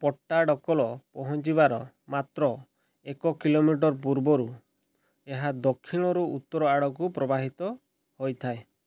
ପଟ୍ଟା ଡ଼କଲ ପହଞ୍ଚିବାର ମାତ୍ର ଏକ କିଲୋମିଟର ପୂର୍ବରୁ ଏହା ଦକ୍ଷିଣରୁ ଉତ୍ତର ଆଡ଼କୁ ପ୍ରବାହିତ ହୋଇଥାଏ